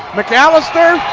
mcalister.